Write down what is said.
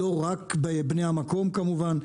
לא רק בני המקום, כמובן.